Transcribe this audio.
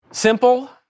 Simple